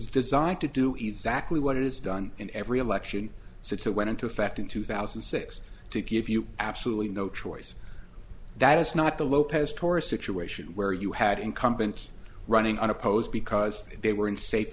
designed to do exactly what it is done in every election since it went into effect in two thousand and six to give you absolutely no choice that is not the lopez torah situation where you had incumbents running unopposed because they were in safe